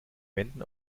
wenden